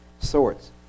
sorts